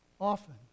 often